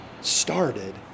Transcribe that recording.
started